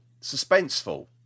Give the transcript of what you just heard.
suspenseful